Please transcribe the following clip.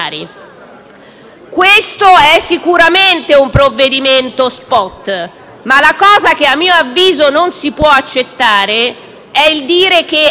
Questo è sicuramente un provvedimento *spot*; ma ciò che, a mio avviso, non si può accettare è che si dica che è la prima volta,